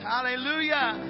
Hallelujah